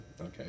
Okay